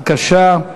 בבקשה.